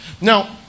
Now